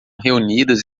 reunidas